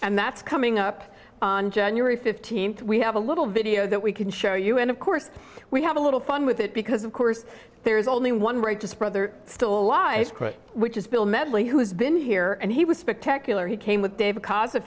and that's coming up on january fifteenth we have a little video that we can show you and of course we have a little fun with it because of course there is only one right just brother still alive which is bill medley who has been here and he was spectacular he came with david cause a